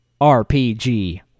RPG